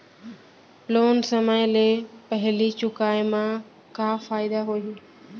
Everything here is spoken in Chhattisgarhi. लोन समय ले पहिली चुकाए मा का फायदा होही?